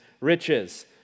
riches